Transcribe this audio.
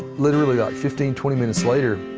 literally, ah fifteen, twenty minutes later,